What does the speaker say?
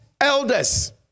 elders